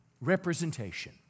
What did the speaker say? representation